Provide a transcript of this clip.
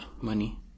Money